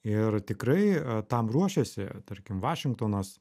ir tikrai tam ruošiasi tarkim vašingtonas